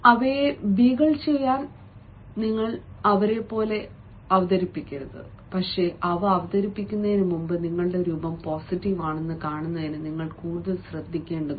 അവയെ ബീഗിൾ ചെയ്യാൻ നിങ്ങൾ അവരെപ്പോലെ അവതരിപ്പിക്കരുത് പക്ഷേ അവ അവതരിപ്പിക്കുന്നതിന് മുമ്പ് നിങ്ങളുടെ രൂപം പോസിറ്റീവ് ആണെന്ന് കാണുന്നതിന് നിങ്ങൾ കൂടുതൽ ശ്രദ്ധിക്കേണ്ടതുണ്ട്